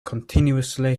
continuously